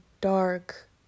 dark